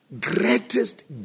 greatest